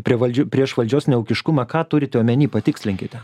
prie valdžių prieš valdžios neūkiškumą ką turite omeny patikslinkite